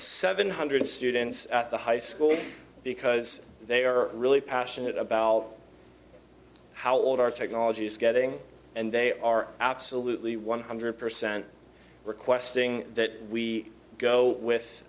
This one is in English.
seven hundred students at the high school because they are really passionate about how old our technology is getting and they are absolutely one hundred percent requesting that we go with